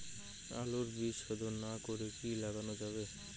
আলুর বীজ শোধন না করে কি লাগানো যাবে?